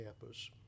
campus